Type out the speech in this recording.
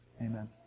Amen